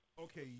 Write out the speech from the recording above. Okay